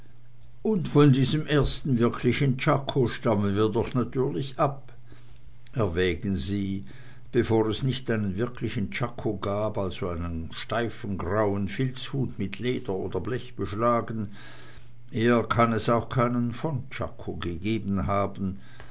und von diesem ersten wirklichen czako stammen wir doch natürlich ab erwägen sie bevor es nicht einen wirklichen czako gab also einen steifen grauen filzhut mit leder oder blech beschlagen eher kann es auch keinen von czako gegeben haben